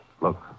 Look